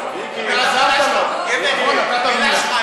אותו דבר.